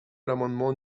l’amendement